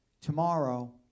tomorrow